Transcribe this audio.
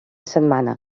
setmana